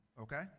Okay